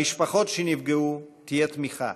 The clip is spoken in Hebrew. למשפחות שנפגעו תהיה תמיכה,